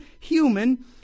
human